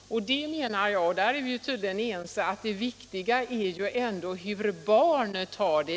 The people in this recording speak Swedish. Därför anser jag — och där är vi tydligen ense — att det viktiga i alla sammanhang ändå är hur barnet har det.